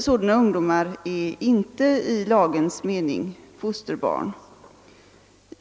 Sådana ungdomar är inte i lagens mening fosterbarn.